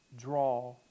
draw